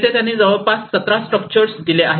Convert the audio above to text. तेथे त्यांनी जवळपास 17 स्ट्रक्चर दिल्या आहेत